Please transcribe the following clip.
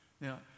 Now